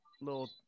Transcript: little